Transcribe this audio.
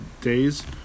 days